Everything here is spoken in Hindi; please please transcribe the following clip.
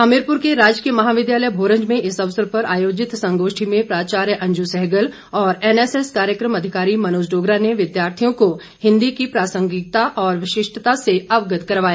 हमीरपुर के राजकीय महाविद्यालय मोरंज में इस अवसर पर आयोजित संगोष्ठी में प्राचार्य अंजु सहगल और एनएसएस कार्यकम अधिकारी मनोज डोगरा ने विद्यार्थियों को हिंदी की प्रासंगिकता और विशिष्टता से अवगत करवाया